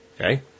Okay